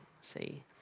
see